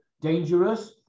dangerous